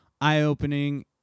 eye-opening